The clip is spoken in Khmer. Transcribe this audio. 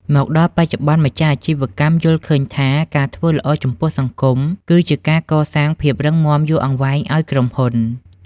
មកដល់បច្ចុប្បន្ន ម្ចាស់អាជីវកម្មយល់ឃើញថា ការធ្វើល្អចំពោះសង្គម គឺជាការកសាងភាពរឹងមាំយូរអង្វែងឱ្យក្រុមហ៊ុន។